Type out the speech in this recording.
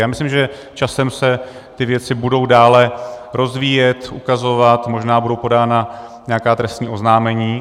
Já myslím, že časem se ty věci budou dále rozvíjet, ukazovat, možná budou podána nějaká trestní oznámení.